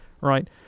right